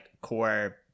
core